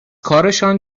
کارشان